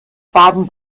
baden